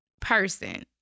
person